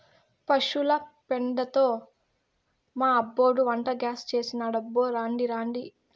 పశుల పెండతో మా అబ్బోడు వంటగ్యాస్ చేసినాడబ్బో రాండి రాండి